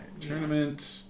Tournament